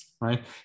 right